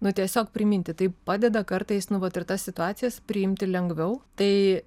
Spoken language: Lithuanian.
nu tiesiog priminti tai padeda kartais nu vat ir tas situacijas priimti lengviau tai